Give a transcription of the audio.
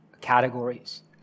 categories